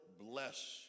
bless